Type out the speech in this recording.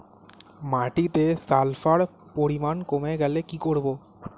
মাটিতে সালফার পরিমাণ কমে গেলে কি করব?